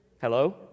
Hello